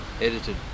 edited